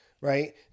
right